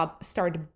start